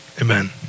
amen